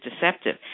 deceptive